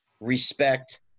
Respect